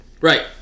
Right